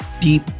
deep